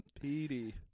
Petey